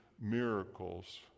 miracles